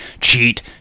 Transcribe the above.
cheat